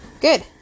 Good